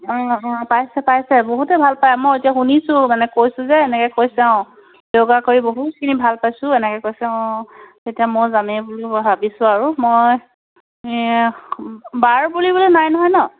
অঁ অঁ পাইছে পাইছে বহুতে ভাল পায় মই এতিয়া শুনিছোঁ মানে কৈছোঁ যে এনেকৈ কৈছে অঁ য়োগা কৰি বহুতখিনি ভাল পাইছোঁ এনেকৈ কৈছে অঁ তেতিয়া মই যামেই বুলি ভাবিছোঁ আৰু মই বাৰ বুলিবলৈ নাই নহয় ন